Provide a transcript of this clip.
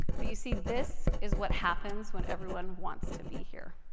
but you see, this is what happens when everyone wants to be here.